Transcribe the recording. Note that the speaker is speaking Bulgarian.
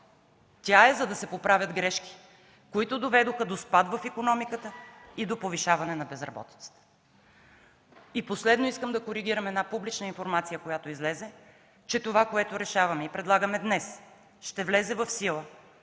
тя е за да се поправят грешките, които доведоха до спад в икономиката и до повишаване на безработицата. Последно искам да коригирам една публична информация, която излезе, че това, което решаваме и предлагаме днес, ще влезе в сила